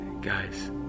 guys